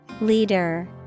Leader